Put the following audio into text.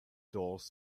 doors